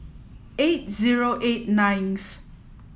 eight zero eight ninth